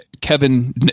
kevin